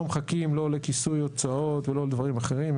לא מחכים לא לכיסוי הוצאות ולא לדברים אחרים.